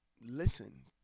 listen